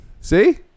See